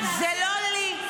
זה לא לי.